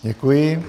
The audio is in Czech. Děkuji.